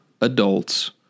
adults